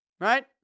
Right